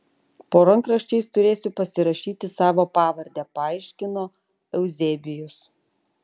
po rankraščiais turėsiu pasirašyti savo pavardę paaiškino euzebijus